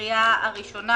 בקריאה הראשונה,